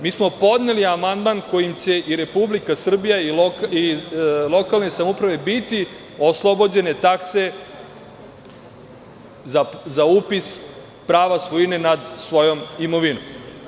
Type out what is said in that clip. Mi smo podneli amandman kojim će i Republika Srbija i lokalne samouprave biti oslobođene takse za upis prava svojine nad svojom imovinom.